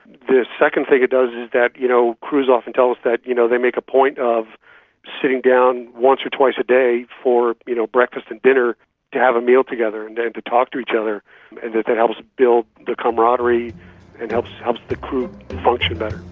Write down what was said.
the second thing it does is that you know crews often tell us that you know they make a point of sitting down once or twice a day for you know breakfast and dinner to have a meal together and to talk to each other, and that that helps build the camaraderie and helps helps the crew function better.